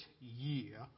year